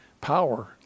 power